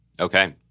Okay